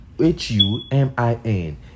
H-U-M-I-N